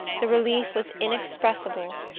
the relief was inexpressible.